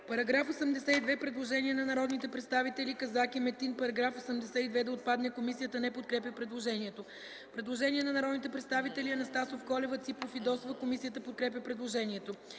По § 82 има предложение на народните представители Казак и Метин -§ 82 да отпадне. Комисията не подкрепя предложението. Предложение на народните представители Анастасов, Колева, Ципов и Фидосова. Комисията подкрепя предложението.